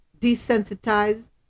desensitized